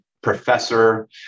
professor